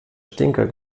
stinker